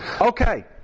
Okay